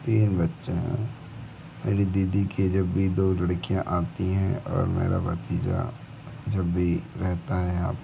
तीन बच्चे हैं मेरी दीदी के जब भी दो लड़कियाँ आती हैं और मेरा भतीजा जब भी रहता है यहाँ पर